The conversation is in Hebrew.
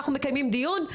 אנחנו מקיימים דיון,